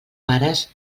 pares